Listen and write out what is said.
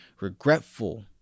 regretful